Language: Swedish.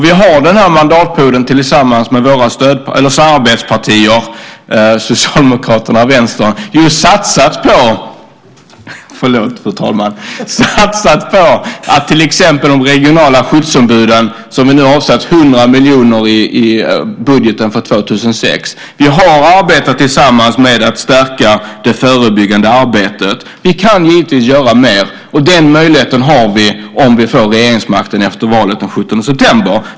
Vi har den här mandatperioden tillsammans med våra samarbetspartier Socialdemokraterna och Vänstern just satsat på till exempel de regionala skyddsombuden, som vi nu har avsatt 100 miljoner för i budgeten för 2006. Vi har arbetat tillsammans med att stärka det förebyggande arbetet. Vi kan givetvis göra mer, och den möjligheten har vi om vi får regeringsmakten efter valet den 17 september.